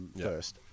first